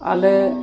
ᱟᱞᱮ